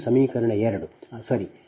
ಇದು ಸಮೀಕರಣ 2 ಸರಿ